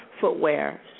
footwear